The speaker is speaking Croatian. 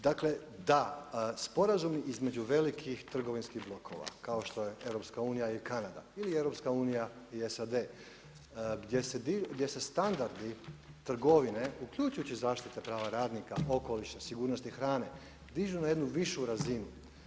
Dakle, da sporazum između velikih trgovinskih blokova kao što je EU i Kanada ili EU i SAD, gdje se standardi trgovine, uključujući prava radnika, okoliša, sigurnosti hrane, dižu na jednu višu razinu.